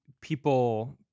people